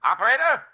Operator